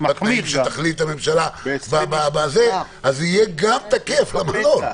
ובתנאים שתחליט הממשלה, זה יהיה תקף גם למלון.